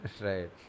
Right